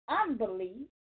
unbelief